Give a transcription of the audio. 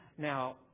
Now